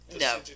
No